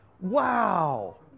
Wow